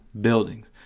buildings